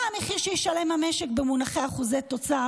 מה המחיר שישלם המשק במונחי אחוזי תוצר